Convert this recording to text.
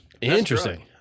Interesting